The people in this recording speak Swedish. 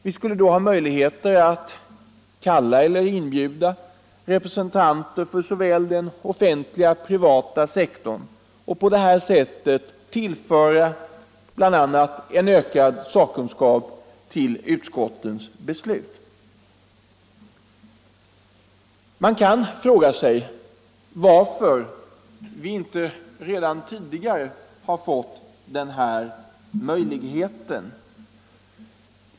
Vi skulle då ha möjligheter att kalla eller inbjuda representanter för såväl den offentliga som den privata sektorn och på det sättet tillföra utskottens beslut en ökad sakkunskap. Man kan fråga sig varför vi inte redan tidigare har fått den här möjligheten.